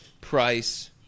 price